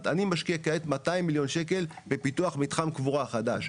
אני משקיע כעת 200 מיליון שקלים בפיתוח מתחם קבורה חדש.